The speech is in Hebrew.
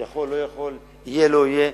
יכול, לא יכול, יהיה, לא יהיה.